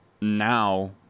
now